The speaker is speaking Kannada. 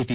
ಟಿ